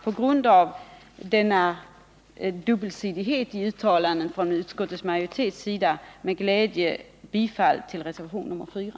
På grund av denna dubbelsidighet i uttalandena från utskottets sida yrkar vi motionärer, herr talman, med glädje bifall till reservationen 4.